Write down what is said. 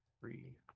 Three